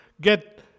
get